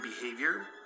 behavior